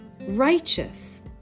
righteous